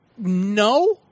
No